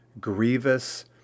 grievous